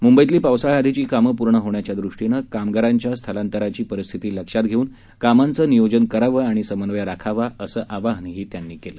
मुंबईतली पावसाळ्याधीची काम पूर्ण होण्याच्यादृष्टीनं कामगारांच्या स्थलांतराची परिस्थिती लक्षात घेऊन कामांचं नियोजन करावं आणि समन्वय राखावा असं आवाहन त्यांनी केल